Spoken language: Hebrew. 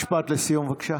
משפט סיום, בבקשה.